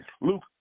Luke